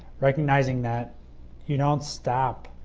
recognizing that you don't stop